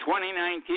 2019